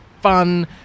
fun